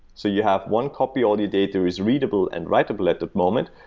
so you have one copy, all your data is readable and writable at that moment,